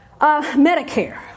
Medicare